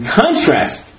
contrast